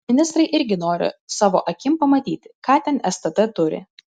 ministrai irgi nori savo akim pamatyti ką ten stt turi